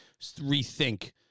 rethink